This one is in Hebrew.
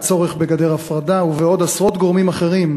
בצורך בגדר הפרדה ובעוד עשרות גורמים אחרים.